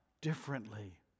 differently